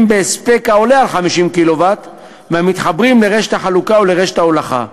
בהספק העולה על 50 קילו-ואט והמתחברים לרשת החלוקה או לרשת ההולכה,